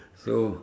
so